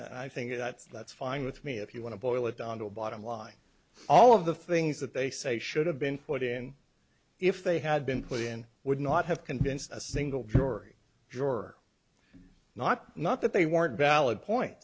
i think that's that's fine with me if you want to boil it down to a bottom line all of the things that they say should have been put in if they had been put in would not have convinced a single jury jor not not that they weren't valid point